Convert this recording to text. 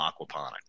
Aquaponic